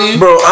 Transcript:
bro